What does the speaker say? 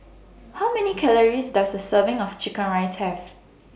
How Many Calories Does A Serving of Chicken Rice Have